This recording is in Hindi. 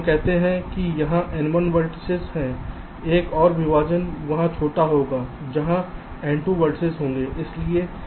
हम कहते हैं कि यहाँ n1 वेर्तिसेस हैं एक और विभाजन जो वहाँ छोटा होगा यहाँ n2 वेर्तिसेस होंगे